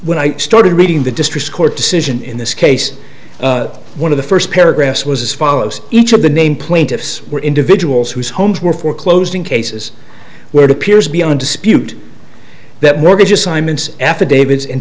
when i started reading the district court decision in this case one of the first paragraphs was as follows each of the name plaintiffs were individuals whose homes were foreclosed in cases where it appears beyond dispute that mortgage assignments affidavits and